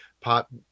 pop